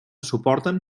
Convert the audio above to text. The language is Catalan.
suporten